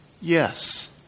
Yes